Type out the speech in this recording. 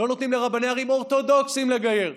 לא נותנים לרבני ערים אורתודוקסים לגייר,